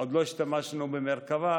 עוד לא השתמשנו במרכב"ה,